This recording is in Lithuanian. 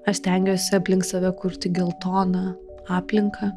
aš stengiuosi aplink save kurti geltoną aplinką